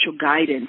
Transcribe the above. guidance